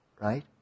Right